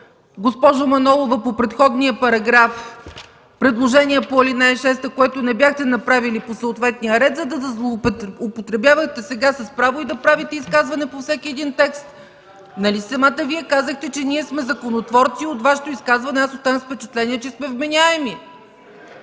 госпожо Манолова, по предходния параграф предложения по ал. 6, което не бяхте направили по съответния ред, за да злоупотребявате сега с право и да правите изказване по всеки един текст. Нали самата Вие казахте, че ние сме законотворци. От Вашето изказване останах с впечатлението, че сме вменяеми.